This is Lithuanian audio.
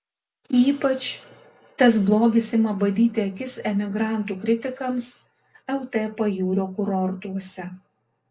ypač tas blogis ima badyti akis emigrantų kritikams lt pajūrio kurortuose